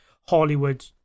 Hollywood